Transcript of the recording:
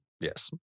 Yes